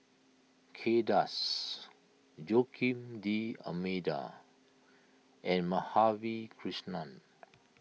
Kay Das Joaquim D'Almeida and Madhavi Krishnan